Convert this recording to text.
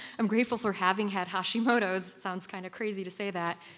i'm grateful for having had hashimoto's, sounds kind of crazy to say that,